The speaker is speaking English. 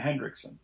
Hendrickson